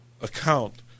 account